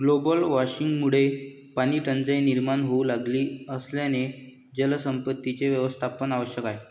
global वॉर्मिंगमुळे पाणीटंचाई निर्माण होऊ लागली असल्याने जलसंपत्तीचे व्यवस्थापन आवश्यक आहे